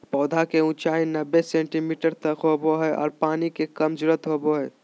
पौधा के ऊंचाई नब्बे सेंटीमीटर तक होबो हइ आर पानी के कम जरूरत होबो हइ